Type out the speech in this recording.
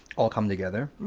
all come together.